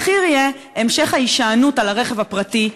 המחיר יהיה המשך ההישענות על הרכב הפרטי,